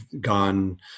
gone